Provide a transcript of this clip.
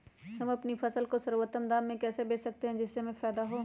हम अपनी फसल को सर्वोत्तम दाम में कैसे बेच सकते हैं जिससे हमें फायदा हो?